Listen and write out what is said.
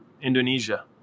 Indonesia